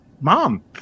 Mom